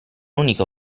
unico